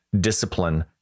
discipline